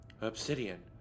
Obsidian